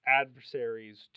adversaries